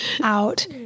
out